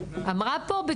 אמרה פה הדיל,